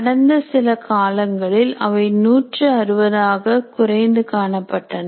கடந்த சில காலங்களில் அவை 160 ஆக குறைந்து காணப்பட்டன